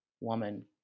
woman